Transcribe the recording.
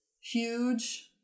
huge